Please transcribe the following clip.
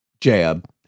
jab